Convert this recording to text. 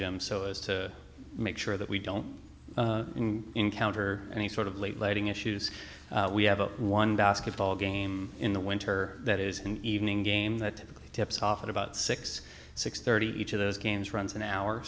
distinct so as to make sure that we don't encounter any sort of late letting issues we have a one basketball game in the winter that is an evening game that tips off at about six six thirty each of those games runs an hour